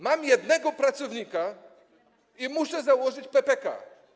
Mam jednego pracownika i muszę założyć PPK.